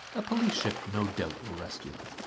a police ship no doubt will rescue them.